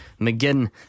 McGinn